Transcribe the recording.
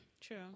true